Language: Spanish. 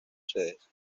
sedes